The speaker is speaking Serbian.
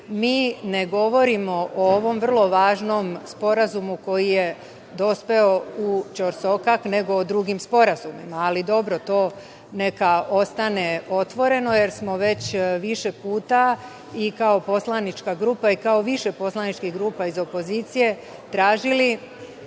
mi ne govorimo o ovom vrlo važnom sporazumu koji je dospeo u ćorsokak nego o drugim sporazumima, ali dobro, to neka ostane otvoreno jer smo već više puta i kao poslanička grupa i kao više poslaničkih grupa iz opozicije tražili